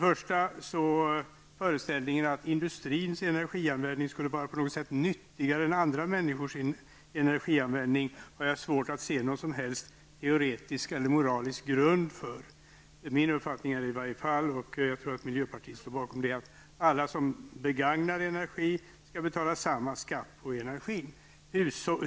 Föreställningen att industrins energianvändning på något sätt skulle vara nyttigare än vanliga människors energianvändning har jag svårt att se någon som helst teoretisk eller moralisk grund för. Min uppfattning är, och jag tror att miljöpartiet står bakom den, att alla som begagnar energi skall betala samma skatt på energin.